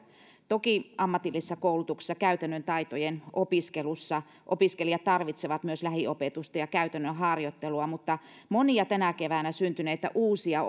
toki ammatillisessa koulutuksessa käytännön taitojen opiskelussa opiskelijat tarvitsevat myös lähiopetusta ja käytännön harjoittelua mutta monia tänä keväänä syntyneitä uusia